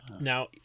Now